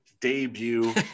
debut